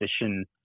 position